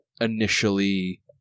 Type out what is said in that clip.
initially